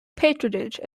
patronage